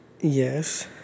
Yes